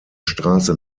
straße